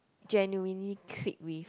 genuinely click with